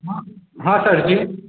हाँ हाँ सरजी